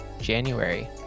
January